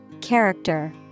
character